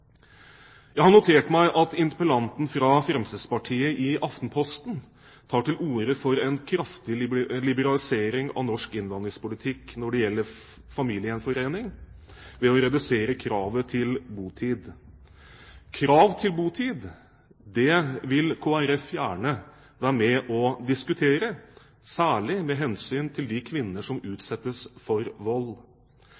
Jeg har notert meg at interpellanten fra Fremskrittspartiet i Aftenposten tar til orde for en kraftig liberalisering av norsk innvandringspolitikk hva gjelder familiegjenforening, ved å redusere kravet til botid. Krav til botid vil Kristelig Folkeparti gjerne være med på å diskutere, særlig med hensyn til de kvinner som